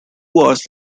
hours